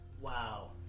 Wow